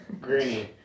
Green